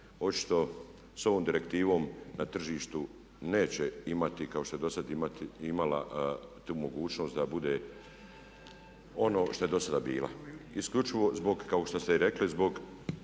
očito s ovom direktivom na tržištu neće imati kao što je dosad imala tu mogućnost da bude ono što je do sada bila isključivo zbog kao što ste i rekli, zbog